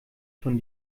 von